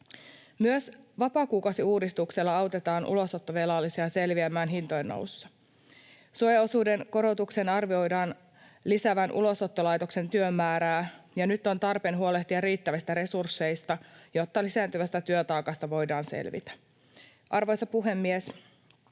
Myös vapaakuukausiuudistuksella autetaan ulosottovelallisia selviämään hintojen nousussa. Suojaosuuden korotuksen arvioidaan lisäävän Ulosottolaitoksen työmäärää, ja nyt on tarpeen huolehtia riittävistä resursseista, jotta lisääntyvästä työtaakasta voidaan selvitä. Arvoisa puhemies!